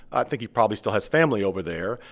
i think he probably still has family over there,